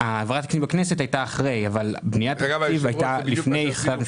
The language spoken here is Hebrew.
העברת התקציב בכנסת הייתה אחרי אבל בניית התקציב הייתה לפני.